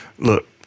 Look